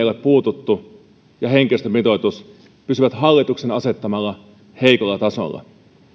ole puututtu ja henkilöstömitoitus pysyy hallituksen asettamalla heikolla tasolla